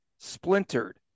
splintered